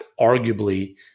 arguably